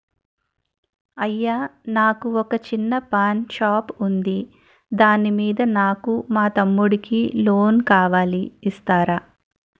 అయ్యా నాకు వొక చిన్న పాన్ షాప్ ఉంది దాని మీద నాకు మా తమ్ముడి కి లోన్ కావాలి ఇస్తారా?